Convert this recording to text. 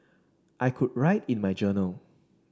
I could write in my journal